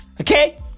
Okay